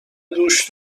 دوش